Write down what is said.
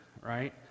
right